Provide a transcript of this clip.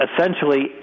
essentially